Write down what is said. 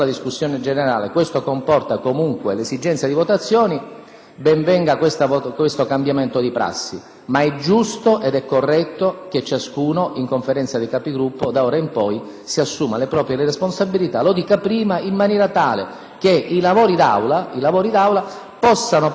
ben venga questo cambiamento di prassi, ma è giusto ed è corretto che ciascuno, in Conferenza dei Capigruppo, d'ora in poi, si assuma le proprie responsabilità, lo dica prima, in maniera tale che i lavori d'Aula possano procedere secondo una coerenza previsionale.